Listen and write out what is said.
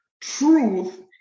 Truth